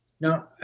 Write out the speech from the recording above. No